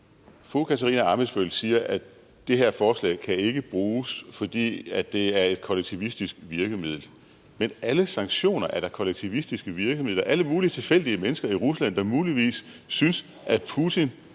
Fru Katarina Ammitzbøll siger, at det her forslag ikke kan bruges, fordi det er et kollektivistisk virkemiddel. Men alle sanktioner er da kollektivistiske virkemidler. Alle mulige tilfældige mennesker i Rusland, der muligvis synes, at Putin